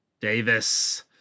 Davis